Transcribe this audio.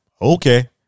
Okay